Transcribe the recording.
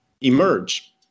emerge